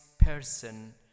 person